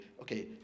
okay